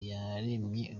yaremye